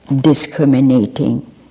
discriminating